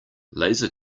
laser